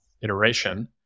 iteration